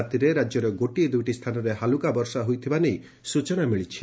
ରାତିରେ ରାଜ୍ୟର ଗୋଟିଏ ଦୂଇଟି ସ୍ସାନରେ ହାଲ୍ରକା ବର୍ଷା ହୋଇଥିବା ନେଇ ସ୍ଚନା ମିଳିଛି